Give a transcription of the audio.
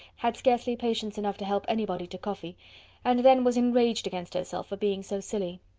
had scarcely patience enough to help anybody to coffee and then was enraged against herself for being so silly!